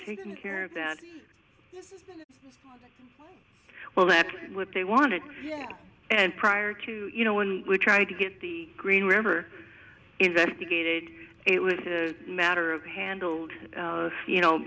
taken care of that well that's what they wanted and prior to you know when we tried to get the green river investigated it was a matter of handled you know